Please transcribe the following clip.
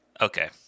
okay